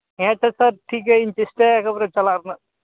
ᱦᱮᱸᱛᱚ ᱥᱟᱨ ᱴᱷᱤᱠᱜᱮᱭᱟ ᱤᱧ ᱪᱮᱥᱴᱟᱭᱟ ᱮᱠᱮᱵᱟᱨᱮ ᱪᱟᱞᱟᱜ ᱨᱮᱱᱟᱜ